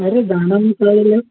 మరి దానిమ్మకాయలు